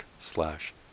slash